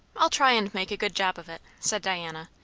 i'll try and make a good job of it, said diana.